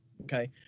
Okay